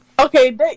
okay